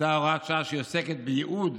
הייתה הוראת שעה שעוסקת בייעוד